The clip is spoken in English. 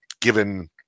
given